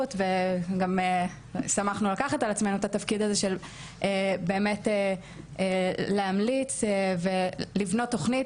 וגם שמחנו לקחת על עצמנו את התפקיד הזה של באמת להמליץ ולבנות תוכנית